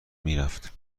میرفت